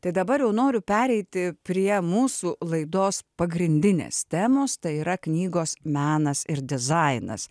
tai dabar jau noriu pereiti prie mūsų laidos pagrindinės temos tai yra knygos menas ir dizainas